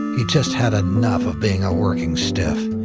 he just had enough of being a working stiff.